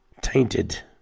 tainted